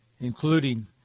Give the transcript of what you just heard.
including